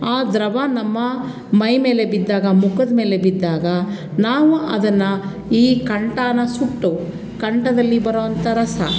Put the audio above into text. ಆ ದ್ರವ ನಮ್ಮ ಮೈಮೇಲೆ ಬಿದ್ದಾಗ ಮುಖದ್ಮೇಲೆ ಬಿದ್ದಾಗ ನಾವು ಅದನ್ನು ಈ ಕಂಟಾನ ಸುಟ್ಟು ಕಂಟದಲ್ಲಿ ಬರುವಂಥ ರಸ